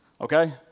okay